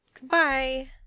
goodbye